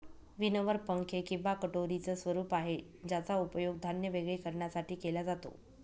winnower पंखे किंवा कटोरीच स्वरूप आहे ज्याचा उपयोग धान्य वेगळे करण्यासाठी केला जातो